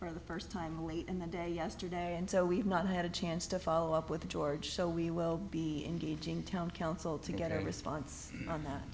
for the first time in the day yesterday and so we've not had a chance to follow up with george so we will be engaging town council to get a response on that